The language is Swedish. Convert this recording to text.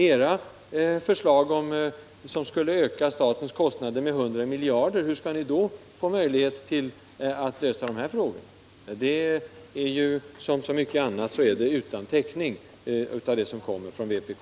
Era önskemål skulle ju öka statens kostnader med 100 miljarder kronor per år. Vpk har som vanligt inte täckning för sina förslag.